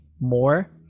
more